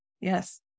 yes